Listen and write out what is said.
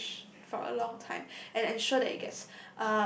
cherish for a long time and ensure that it gets